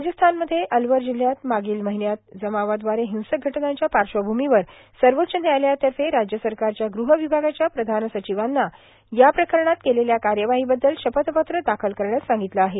राजस्थानमध्ये अलवर जिल्हयात मागील महिन्यात जमावाद्वारे हिंसक घटनांच्या पार्श्वभूमीवर सर्वोच्च व्यायालयातर्फे राज्य सरकारच्या गृह विभागाच्या प्रधान सचिवांना या प्रकरणात केलेल्या कार्यवाहीबद्दल शपथपत्र दाखल करण्यास सांगितलं आहे